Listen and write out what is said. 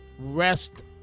rest